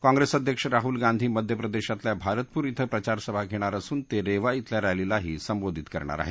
काँग्रेस अध्यक्ष राहुल गांधी मध्य प्रदेशातल्या भारतपूर धिं प्रचार सभा घेणार असून ते रेवा धिल्या रॅलीलाही संबोधित करणार आहेत